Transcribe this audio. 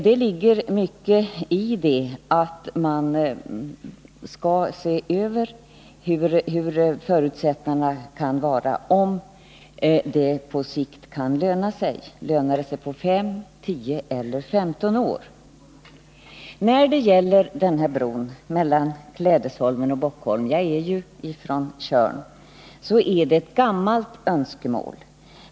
Det ligger mycket i att man skall ta reda på förutsättningarna — om det på sikt kan löna sig. Kan det bli lönsamt efter 5, 10 eller 15 år? Att få en bro mellan Klädesholmen och Bockholmen -— jag är själv från Tjörn — är ett gammalt önskemål.